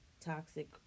toxic